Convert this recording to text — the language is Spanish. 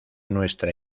nuestra